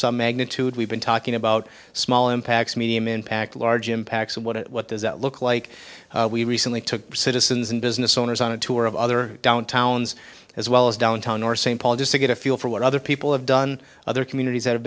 some magnitude we've been talking about small impacts medium impact large impacts and what it what does that look like we recently took citizens and business owners on a tour of other downtowns as well as downtown or st paul just to get a feel for what other people have done other communities that have